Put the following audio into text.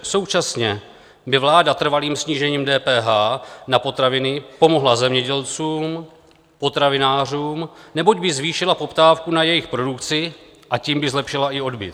Současně by vláda trvalým snížením DPH na potraviny pomohla zemědělcům, potravinářům, neboť by zvýšila poptávku na jejich produkci, a tím zlepšila i odbyt.